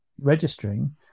registering